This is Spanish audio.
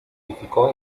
edificó